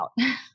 out